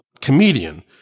comedian